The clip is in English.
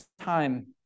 time